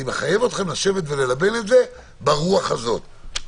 אני מחייב אתכם לשבת וללבן את זה ברוח הזאת,